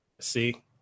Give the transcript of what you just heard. See